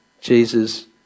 Jesus